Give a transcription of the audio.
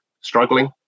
struggling